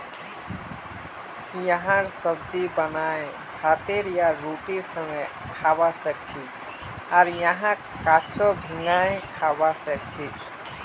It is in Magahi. यहार सब्जी बनाए भातेर या रोटीर संगअ खाबा सखछी आर यहाक कच्चो भिंगाई खाबा सखछी